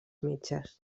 metges